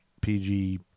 PG